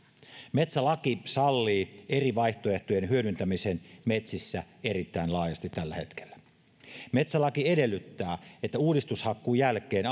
metsälaki sallii eri vaihtoehtojen hyödyntämisen metsissä erittäin laajasti tällä hetkellä metsälaki edellyttää että uudistushakkuun jälkeen